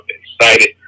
excited